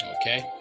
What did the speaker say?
Okay